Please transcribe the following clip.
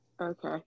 Okay